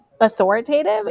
authoritative